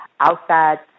outside